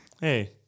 Hey